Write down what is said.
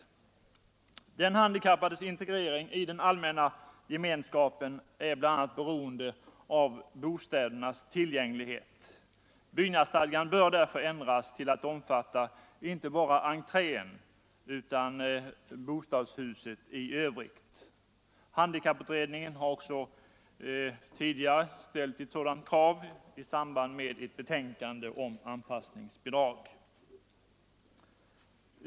Onsdagen den Den handikappades integrering i den allmänna gemenskapen är bl.a. mars 1974 beroende av bostädernas tillgänglighet. Byggnadsstadgan bör därför ändras till att omfatta inte bara entrén utan också bostadshuset i övrigt. Handikapputredningen har också tidigare ställt ett sådant krav i samband med ett betänkande om anpassningsbidrag.